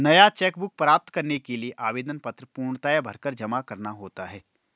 नया cheque book प्राप्त करने के लिए आवेदन पत्र पूर्णतया भरकर जमा करना होता है